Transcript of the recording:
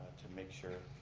to make sure